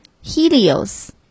Helios